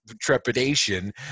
trepidation